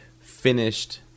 finished